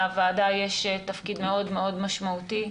לוועדה יש תפקיד מאוד מאוד משמעותי,